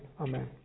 Amen